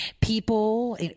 people